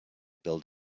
build